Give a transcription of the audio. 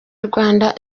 rwanda